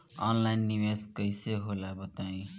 Online निवेस कइसे होला बताईं?